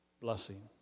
blessing